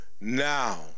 now